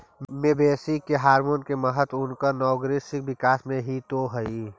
मवेशी के हॉरमोन के महत्त्व उनकर नैसर्गिक विकास में हीं तो हई